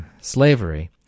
slavery